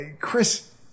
Chris